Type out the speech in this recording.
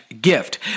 gift